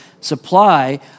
supply